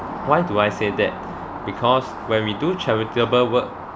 why do I say that because when we do charitable work